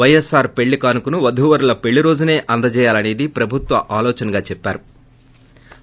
వైఎస్సార్ పెల్లి కానుకను వదూవరుల పెల్లి రోజుసే అందచేయలన్న ది ప్రభుత్వ ఆలో చనగా చెప్పారు